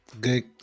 Good